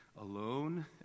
alone